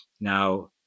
Now